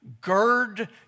Gird